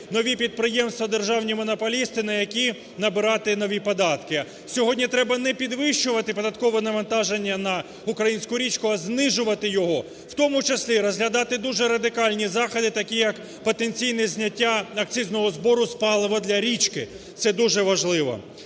нові підприємства – державні монополісти, на які набирати нові податки. Сьогодні треба не підвищувати податкове навантаження на українську річку, а знижувати його, в тому числі розглядати дуже радикальні заходи, такі як потенційне зняття акцизного збору з палива для річки. Це дуже важливо.